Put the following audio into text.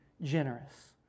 generous